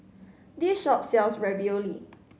this shop sells Ravioli